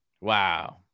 Wow